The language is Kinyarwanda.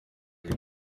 aje